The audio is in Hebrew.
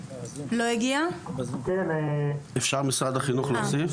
אם אפשר להוסיף,